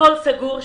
הכול בה סגור.